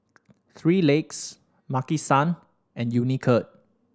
Three Legs Maki San and Unicurd